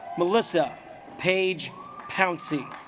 melissa page pouncing